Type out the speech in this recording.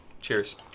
Cheers